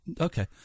Okay